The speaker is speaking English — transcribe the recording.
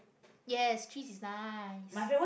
yes cheese is nice